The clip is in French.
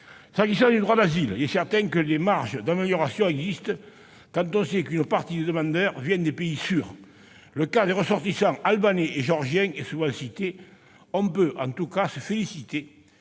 S'agissant du droit d'asile, il est certain que des marges d'amélioration existent quand on sait qu'une partie des demandeurs vient de pays sûrs. Le cas des ressortissants albanais et géorgiens est souvent cité. On peut en tout cas se féliciter